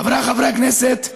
חבריי חברי הכנסת,